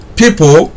people